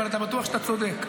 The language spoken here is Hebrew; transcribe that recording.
אבל אתה בטוח שאתה צודק.